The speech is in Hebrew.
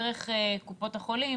האם דרך קופות החולים?